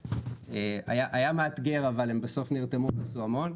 היה מאתגר אבל הם בסוף נרתמו ועשו המון.